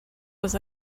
was